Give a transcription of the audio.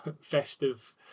festive